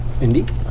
Indeed